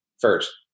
first